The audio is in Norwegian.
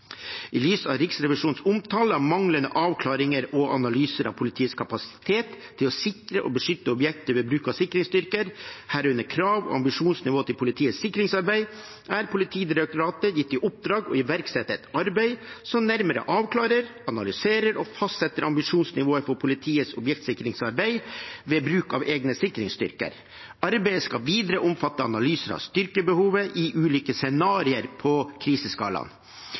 I lys av Riksrevisjonens omtale av manglende avklaringer og analyser av politiets kapasitet til å sikre og beskytte objekter ved bruk av sikringsstyrker, herunder krav og ambisjonsnivå til politiets sikringsarbeid, er Politidirektoratet gitt i oppdrag å iverksette et arbeid som nærmere avklarer, analyserer og fastsetter ambisjonsnivået for politiets objektsikringsarbeid ved bruk av egne sikringsstyrker. Arbeidet skal videre omfatte analyser av styrkebehovet i ulike scenarier på kriseskalaen.